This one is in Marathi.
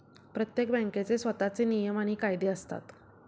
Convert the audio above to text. प्रत्येक बँकेचे स्वतःचे नियम आणि कायदे असतात